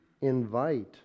Invite